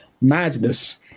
madness